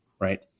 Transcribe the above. right